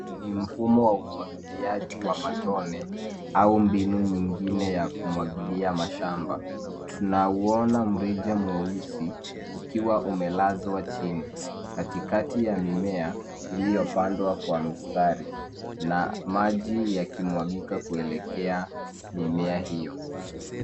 Ni mfumo wa umwangiliaji wa matone au mbinu nyingine ya kumwangilia mashamba. Tunauona mrija mweusi ukiwa umelazwa chini katika ya mimea iliyopandwa kwa mistari na maji ykimwangika kuelekea mimea hiyo.